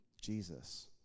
Jesus